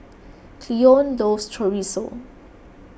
Cleone loves Chorizo